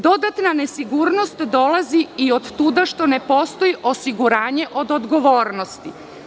Dodatna nesigurnost dolazi i od tuda što ne postoji osiguranje od odgovornosti.